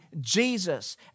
Jesus